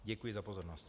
Děkuji za pozornost.